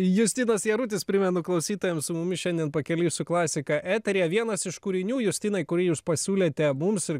justinas jarutis primenu klausytojams su mumis šiandien pakeliui su klasika eteryje vienas iš kūrinių justinai kurį jūs pasiūlėte mums ir